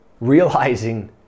realizing